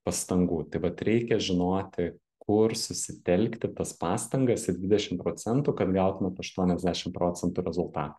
pastangų tai vat reikia žinoti kur susitelkti tas pastangas į dvidešim procentų kad gautumėt aštuoniasdešim procentų rezultatą